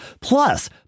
Plus